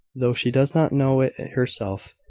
though she does not know it herself.